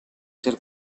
ser